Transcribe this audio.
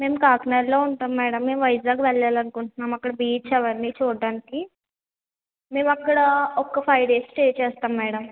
మేము కాకినాడలో ఉంటాం మేడం వైజాగ్ వెళ్ళాలి అనుకుంటున్నాం అక్కడ బీచ్ అవన్నీ చూడడానికి మేము అక్కడ ఒక ఫైవ్ డేస్ స్టే చేస్తాం మేడం